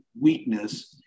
weakness